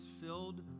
filled